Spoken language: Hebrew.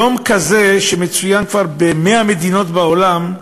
יום כזה מצוין כבר ב-100 מדינות בעולם.